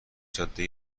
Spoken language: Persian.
جاده